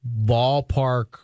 ballpark